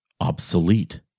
obsolete